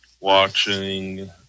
Watching